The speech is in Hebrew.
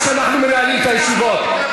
על איך שאנחנו מנהלים את הישיבות.